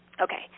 Okay